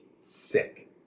sick